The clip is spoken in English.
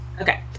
Okay